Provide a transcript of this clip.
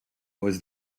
was